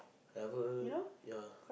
never ya